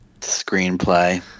Screenplay